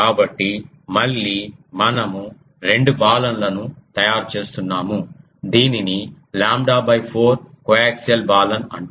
కాబట్టి మళ్ళీ మనము రెండు బాలన్ లను తయారు చేస్తున్నాము దీనిని లాంబ్డా 4 కోయాక్సియల్ బాలన్ అంటారు